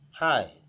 hi